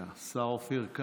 אופיר סופר,